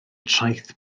traeth